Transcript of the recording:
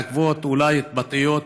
אולי בעקבות התבטאויות,